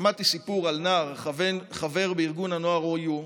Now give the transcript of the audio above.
שמעתי סיפור על נער, חבר בארגון הנוער OU,